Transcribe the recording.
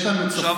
דודי, עצור שנייה.